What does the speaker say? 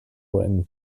written